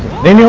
the